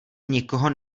nikoho